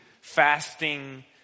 fasting